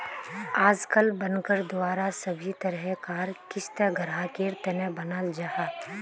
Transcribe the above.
आजकल बनकर द्वारा सभी तरह कार क़िस्त ग्राहकेर तने बनाल जाहा